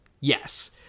yes